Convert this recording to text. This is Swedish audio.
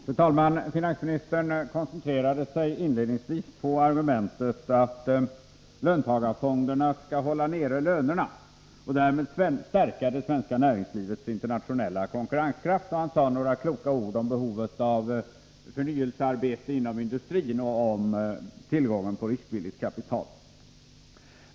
Fru talman! Finansministern koncentrerade sig inledningsvis på argumentet att löntagarfonderna skall hålla nere lönerna och därmed stärka det svenska näringslivets internationella konkurrenskraft. Han sade några kloka ord om behovet av förnyelsearbete inom industrin och om tillgången På riskvilligt kapital.